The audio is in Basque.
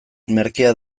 merkea